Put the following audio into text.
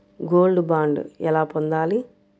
Gold bond ఎలా పొందాలి?